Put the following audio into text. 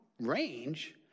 range